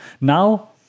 Now